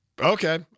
Okay